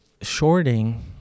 shorting